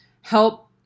help